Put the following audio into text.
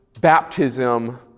baptism